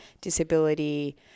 disability